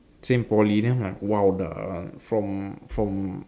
same poly then I'm like !wow! the from from